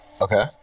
Okay